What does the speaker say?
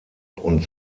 und